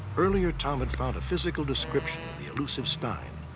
earlier tom had found a physical description of the elusive stein.